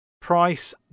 Price